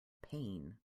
pain